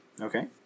Okay